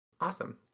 Awesome